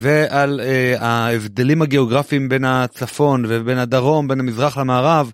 ועל ההבדלים הגיאוגרפיים בין הצפון ובין הדרום, בין המזרח למערב.